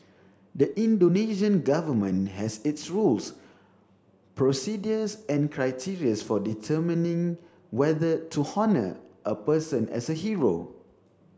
the Indonesian Government has its rules procedures and criterias for determining whether to honour a person as a hero